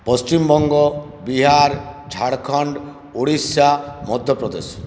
Paschimbanga Bihar Jharkhand Orissa Madhya Pradesh